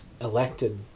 elected